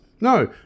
No